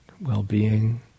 well-being